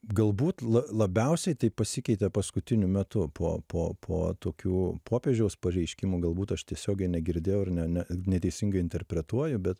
galbūt la labiausiai tai pasikeitė paskutiniu metu po po po tokių popiežiaus pareiškimų galbūt aš tiesiogiai negirdėjau ir ne ne neteisingai interpretuoju bet